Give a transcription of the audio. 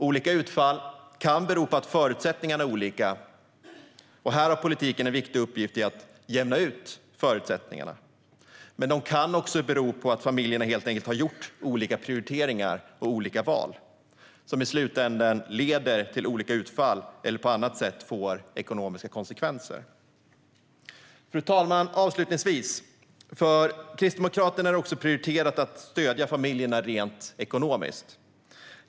Olika utfall kan bero på att förutsättningarna är olika - här har politiken en viktig uppgift i att jämna ut förutsättningarna. Men det kan också bero på att familjerna helt enkelt har gjort olika prioriteringar och olika val, som i slutändan leder till olika utfall eller som på annat sätt får ekonomiska konsekvenser. Fru talman! För Kristdemokraterna är det också prioriterat att stödja familjerna rent ekonomiskt.